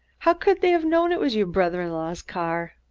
how could they have known it was your brother-in-law's car?